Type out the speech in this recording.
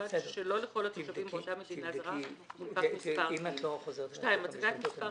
ובלבד שלא לכל התושבים באותה מדינה מונפק מספר TIN; הצגת מספר